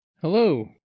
Hello